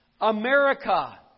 America